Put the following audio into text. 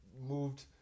moved